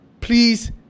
please